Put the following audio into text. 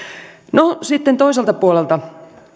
no sitten toiselta puolelta